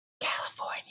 California